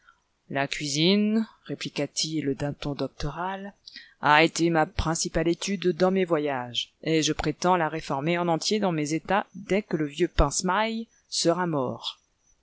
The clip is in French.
la cuisine répliqua-t-il d'un ton doctoral a été ma principale étude dans mes voyages et je prétends la réformer en entier dans mes états dès que le vieux pince maille sera mort